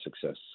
success